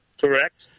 Correct